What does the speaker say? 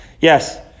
Yes